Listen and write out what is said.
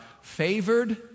favored